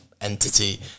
entity